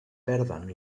perden